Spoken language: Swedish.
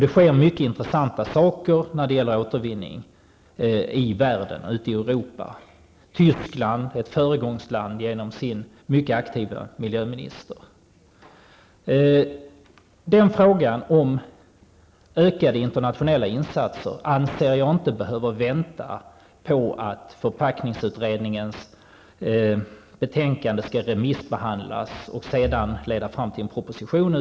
Det sker mycket intressanta saker när det gäller återvinning ute i Europa och i världen i övrigt. Tyskland är ett föregångsland genom sin mycket aktive miljöminister. Frågan om ökade internationella insatser anser jag inte behöver vänta på att förpackningsutredningens betänkande skall remissbehandlas och därefter leda fram till en proposition.